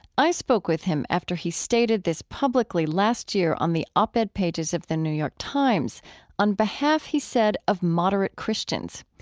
i spoke with him after he stated this publicly last year on the op-ed pages of the new york times on behalf, he said, of moderate christians.